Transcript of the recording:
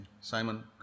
Simon